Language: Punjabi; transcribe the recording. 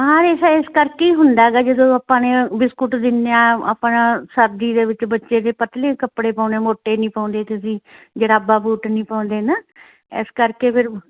ਹਾਂ ਰੇਸ਼ਾ ਇਸ ਕਰਕੇ ਹੀ ਹੁੰਦਾ ਹੈਗਾ ਜਦੋਂ ਆਪਾਂ ਨੇ ਬਿਸਕੁਟ ਦਿੰਦੇ ਹਾਂ ਆਪਣਾ ਸਰਦੀ ਦੇ ਵਿੱਚ ਬੱਚੇ ਦੇ ਪਤਲੇ ਕੱਪੜੇ ਪਾਉਣੇ ਮੋਟੇ ਨਹੀਂ ਪਾਉਂਦੇ ਤੁਸੀਂ ਜੁਰਾਬਾਂ ਬੂਟ ਨਹੀਂ ਪਾਉਂਦੇ ਨਾ ਇਸ ਕਰਕੇ ਫਿਰ